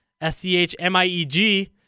S-C-H-M-I-E-G